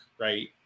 right